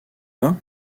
pas